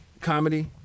comedy